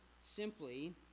simply